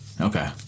Okay